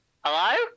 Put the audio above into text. Hello